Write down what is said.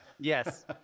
Yes